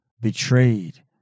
betrayed